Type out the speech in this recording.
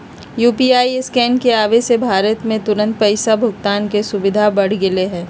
UPI scan के आवे से भारत में तुरंत पैसा भुगतान के सुविधा बढ़ गैले है